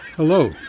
Hello